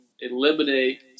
eliminate